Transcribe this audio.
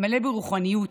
מלא ברוחניות,